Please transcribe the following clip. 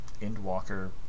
Endwalker